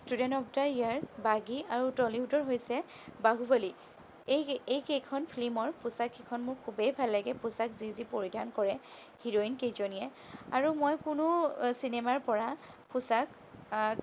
student of the year Baaghi আৰু টলিউডৰ হৈছে বাহুবলী এই এইকেইখন ফ্লিমৰ পোচাককিখন মোৰ খুবেই ভাল লাগে পোচাক যি যি পৰিধান কৰে হিৰ'ইন কেইজনীয়ে আৰু মই কোনো চিনেমাৰ পৰা পোচাক